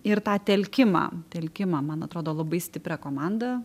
ir tą telkimą telkimą man atrodo labai stiprią komandą